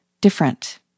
different